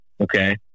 Okay